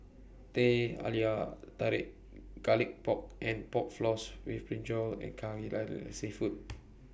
Teh Halia Tarik Garlic Pork and Pork Floss with Brinjal and Kai Lan Seafood